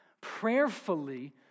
prayerfully